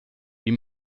wie